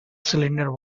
cylinder